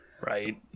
right